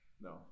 No